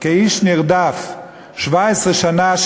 כאיש נרדף 17 שנה,